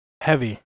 heavy